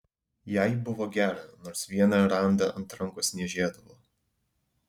jai buvo gera nors vieną randą ant rankos niežėdavo